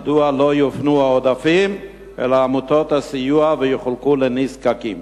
מה ייעשה להפניית העודפים אל עמותות הסיוע וחלוקתם לנזקקים?